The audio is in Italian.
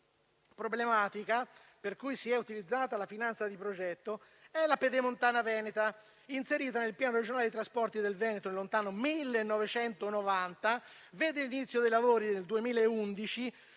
estremamente problematica per cui si è utilizzata la finanza di progetto è la pedemontana veneta. Inserita nel piano regionale trasporti del Veneto del lontano 1990, ha visto l'inizio dei lavori nel 2011.